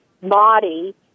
body